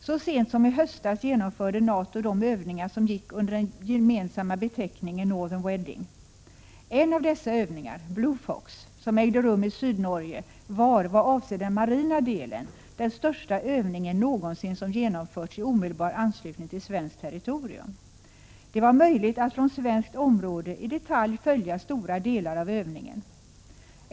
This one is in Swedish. Så sent som i höstas genomförde NATO övningar som gick under den gemensamma beteckningen Northern Wedding. En av dessa övningar, Blue Fox, som ägde rum i Sydnorge var, vad avser den marina delen, den största övningen som någonsin genomförts i omedelbar anslutning till svenskt territorium. Det var möjligt att från svenskt område i detalj följa stora delar av övningen.